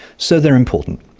so, they're important,